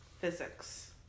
Physics